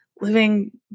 living